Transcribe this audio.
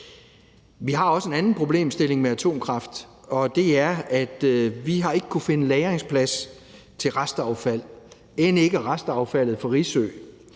Vi har også en anden problemstilling med atomkraft, og det er, at vi ikke har kunnet finde lagringsplads til restaffald, end ikke restaffaldet fra Risø.